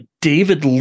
David